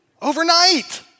Overnight